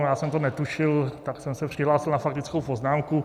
Já jsem to netušil, tak jsem se přihlásil na faktickou poznámku.